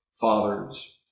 fathers